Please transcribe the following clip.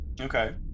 Okay